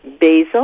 basil